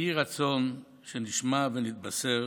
יהי רצון שנשמע ונתבשר